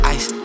Ice